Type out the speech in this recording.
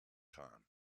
khan